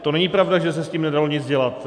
To není pravda, že se s tím nedalo nic dělat.